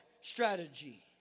strategy